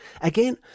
Again